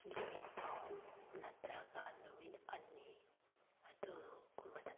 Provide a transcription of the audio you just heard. ꯅꯨꯃꯤꯠ ꯑꯍꯨꯝ ꯅꯠꯇ꯭ꯔꯒ ꯅꯨꯃꯤꯠ ꯑꯅꯤ ꯑꯗꯨꯒꯨꯝꯕꯗ